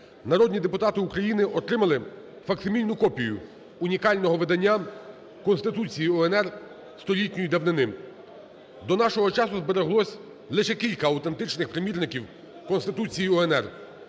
народні депутати України отримали факсимільну копію унікального видання Конституції УНР столітньої давнини. До нашого часу збереглось лише кілька аутентичних примірників Конституції УНР.